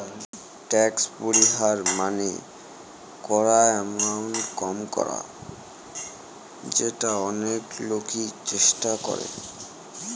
tax পরিহার মানে করা এমাউন্ট কম করা যেটা অনেক লোকই চেষ্টা করে